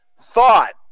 thought